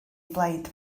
blaid